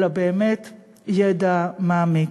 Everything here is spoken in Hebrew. אלא באמת ידע מעמיק.